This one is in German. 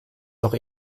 doch